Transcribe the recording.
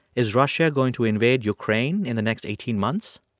is russia going to invade ukraine in the next eighteen months?